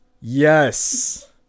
Yes